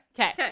Okay